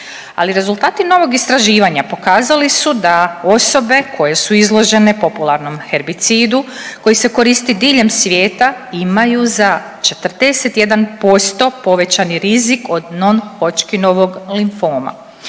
rezultati novo istraživanje pokazali su da osobe koje su izložene popularnom herbicidu koji se koristi diljem svijeta imaju za 41% povećani rizik od Ne-Hodgkinovog limfoma.